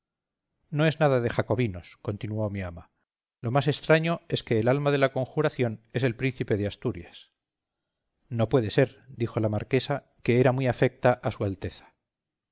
no es nada de jacobinos continuó mi ama lo más extraño es que el alma de la conjuración es el príncipe de asturias no puede ser dijo la marquesa que era muy afecta a s